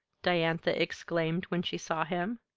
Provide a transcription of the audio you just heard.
diantha exclaimed when she saw him.